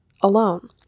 alone